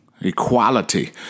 Equality